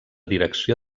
direcció